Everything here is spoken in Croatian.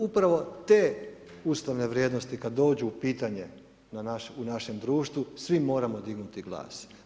Upravo te ustavne vrijednosti kad dođu u pitanje, u našem društvu, svi moramo dignuti glas.